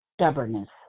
stubbornness